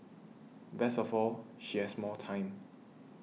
best of all she has more time